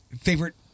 favorite